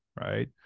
right